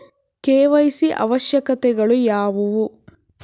KYC ಅವಶ್ಯಕತೆಗಳು ಯಾವುವು?